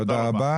תודה רבה.